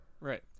right